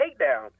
takedown